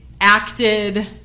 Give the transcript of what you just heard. acted